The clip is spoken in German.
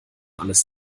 alles